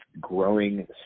growing